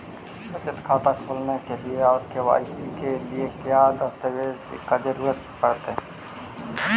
बचत खाता खोलने के लिए और के.वाई.सी के लिए का क्या दस्तावेज़ दस्तावेज़ का जरूरत पड़ हैं?